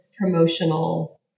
promotional